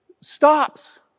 stops